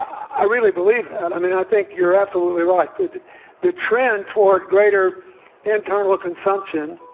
i really believe that i mean, i think you're absolutely right the the trend toward greater internal consumption